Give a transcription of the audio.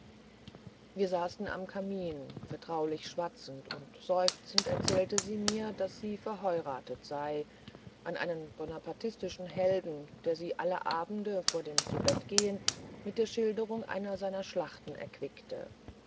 wir saßen am kamin vertraulich schwatzend und seufzend erzählte sie mir daß sie verheuratet sei an einen bonapartischen helden der sie alle abende vor dem zubettegehn mit der schilderung einer seiner schlachten erquicke